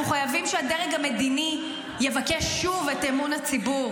אנחנו חייבים שהדרג המדיני יבקש שוב את אמון הציבור,